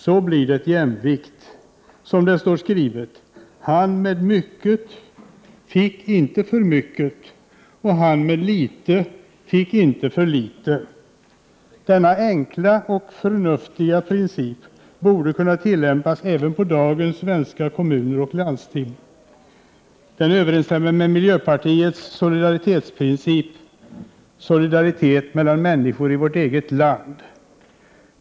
Så blir det jämvikt, som det står skrivet: Han med mycket fick inte för mycket, han med litet fick inte för litet.” Denna enkla och förnuftiga princip borde kunna tillämpas även på dagens svenska kommuner och landsting. Den överensstämmer med miljöpartiets solidaritetsprincip: solidaritet mellan människor i vårt eget land.